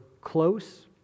close